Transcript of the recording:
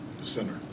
Center